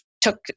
took